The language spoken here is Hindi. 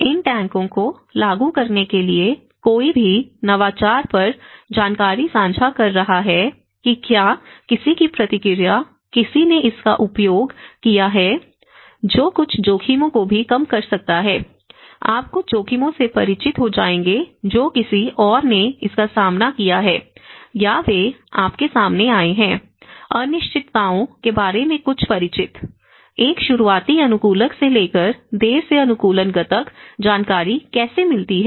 इन टैंकों को लागू करने के लिए कोई भी नवाचार पर जानकारी साझा कर रहा है कि क्या किसी की प्रतिक्रिया किसी ने इसका उपयोग किया है जो कुछ जोखिमों को भी कम कर सकता है आप कुछ जोखिमों से परिचित हो जाएंगे जो किसी और ने इसका सामना किया है या वे आपके सामने आए हैं अनिश्चितताओं के बारे में कुछ परिचित एक शुरुआती अनुकूलक से लेकर देर से अनुकूलन ग्तक जानकारी कैसे मिलती है